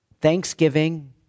thanksgiving